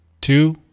Two